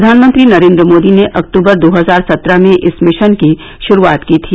प्रधानमंत्री नरेन्द्र मोदी ने अक्तूबर दो हजार सत्रह में इस मिशन की शुरुआत की थी